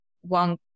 one